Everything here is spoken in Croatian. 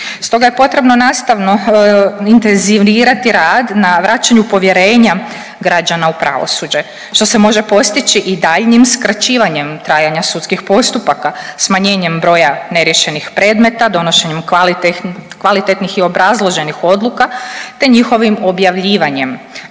Stoga je potrebno nastavno intenzivirati rad na vraćanju povjerenja građana u pravosuđe što se može postići i daljnjim skraćivanjem trajanja sudskih postupaka smanjenjem broja neriješenih predmeta, donošenjem kvalitetnih i obrazloženih odluka, te njihovim objavljivanjem,